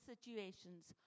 situations